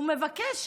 ומבקש שהעולם,